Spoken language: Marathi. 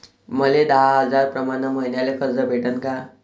मले दहा हजार प्रमाण मईन्याले कर्ज भेटन का?